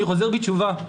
אני חוזר בתשובה,